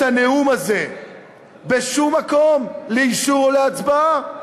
הנאום הזה בשום מקום לאישור ולהצבעה.